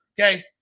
Okay